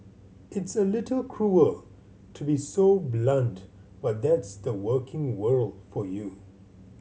it's a little cruel to be so blunt but that's the working world for you